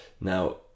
now